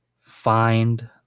find